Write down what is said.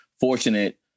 fortunate